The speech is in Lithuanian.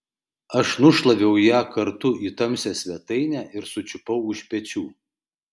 aš nušlaviau ją kartu į tamsią svetainę ir sučiupau už pečių